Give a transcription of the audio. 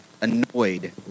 annoyed